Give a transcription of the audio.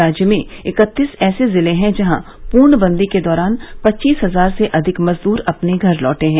राज्य में इकत्तीस ऐसे जिले हैं जहां पूर्णबंदी के दौरान पच्चीस हजार से अधिक मजदूर अपने घर लौटे हैं